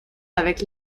avec